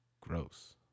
gross